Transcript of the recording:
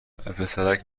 وپسرک